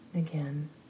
Again